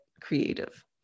creative